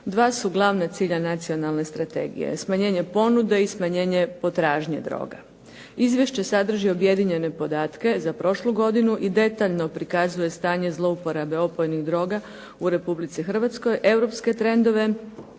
Dva su glavna cilja nacionalne strategije. Smanjenje ponude i smanjenje potražnje droga. Izvješće sadrži objedinjene podatke za prošlu godinu i detaljno prikazuje stanje zlouporabe opojnih droga u Republici Hrvatskoj, europske trendove